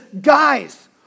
Guys